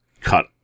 cut